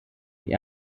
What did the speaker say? die